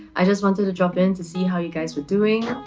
i just wanted to drop in to see how you guys were doing,